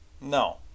No